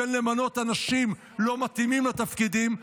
בין למנות אנשים לא מתאימים לתפקידים,